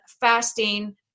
fasting